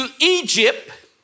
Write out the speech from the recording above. Egypt